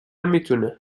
میتونه